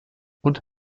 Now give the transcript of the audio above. und